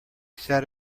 sat